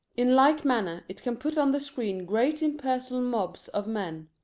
in like manner it can put on the screen great impersonal mobs of men.